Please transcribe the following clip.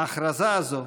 ההכרזה הזאת,